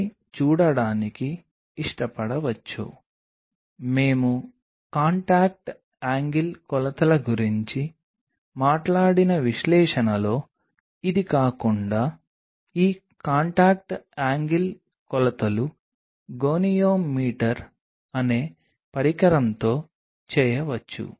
కాబట్టి ఈ చిత్రాన్ని చూడటం ద్వారా మీరు నిజంగా కోణాన్ని కొలవవచ్చు ఇరుకైన పరిచయాలు చాలా తక్కువ కాంటాక్ట్లు ఉన్నట్లయితే కోణం ఇలా ఉంటుందని మీరు చెప్పవచ్చు